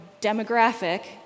demographic